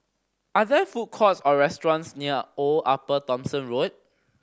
are there food courts or restaurants near Old Upper Thomson Road